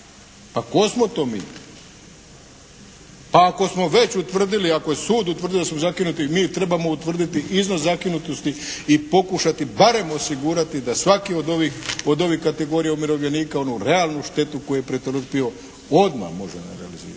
Pa tko smo to mi? Pa ako smo već utvrdili, ako je sud utvrdio da smo zakinuti mi trebamo utvrditi iznos zakinutosti i pokušati barem osigurati da svaki od ovih kategorija umirovljenika onu realnu štetu koju je pretrpio odmah može realizirati,